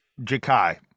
-Jakai